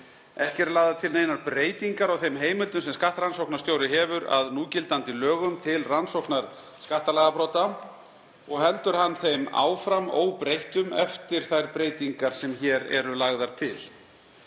Ekki eru lagðar til neinar breytingar á þeim heimildum sem skattrannsóknarstjóri hefur að núgildandi lögum til rannsóknar skattalagabrota og heldur hann þeim áfram óbreyttum eftir þær breytingar sem hér eru lagðar til.